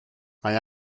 mae